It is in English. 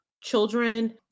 children